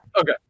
Okay